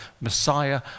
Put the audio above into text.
Messiah